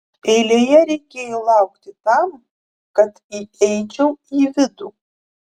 eilėje reikėjo laukti tam kad įeičiau į vidų